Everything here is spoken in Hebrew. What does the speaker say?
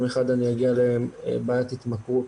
יכול להגיד לכם שבמשך 16 שנה לא רק אני הלכתי לאיבוד,